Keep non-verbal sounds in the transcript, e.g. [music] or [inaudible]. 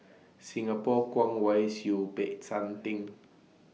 Singapore Kwong Wai Siew Peck San Theng [noise]